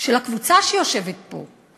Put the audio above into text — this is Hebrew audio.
של הקבוצה שיושבת פה,